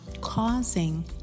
causing